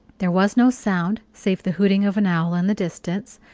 there was no sound save the hooting of an owl in the distance,